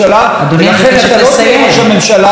ולכן אתה לא תהיה ראש הממשלה אחרי הבחירות הבאות.